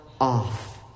off